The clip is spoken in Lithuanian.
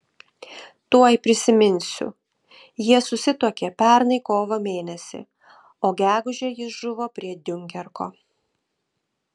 tuoj prisiminsiu jie susituokė pernai kovo mėnesį o gegužę jis žuvo prie diunkerko